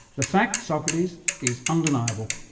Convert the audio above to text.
the fact socrates, is undeniable.